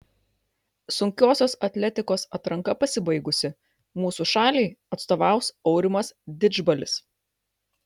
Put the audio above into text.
sunkiosios atletikos atranka pasibaigusi mūsų šaliai atstovaus aurimas didžbalis